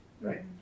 Right